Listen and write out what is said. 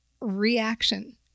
reaction